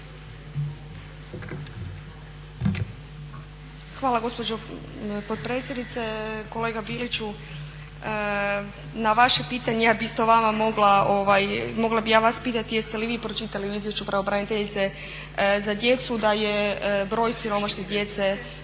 Hvala gospođo potpredsjednice. Kolega Biliću na vaše pitanje ja bih isto vas mogla pitati jeste li vi pročitali u izvješću pravobraniteljice za djecu da je broj siromašne djece